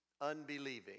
unbelieving